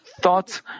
thoughts